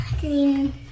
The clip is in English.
green